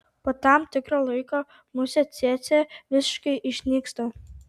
po tam tikro laiko musė cėcė visiškai išnyksta